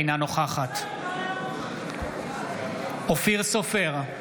אינה נוכחת אופיר סופר,